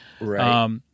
Right